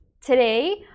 today